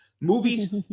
Movies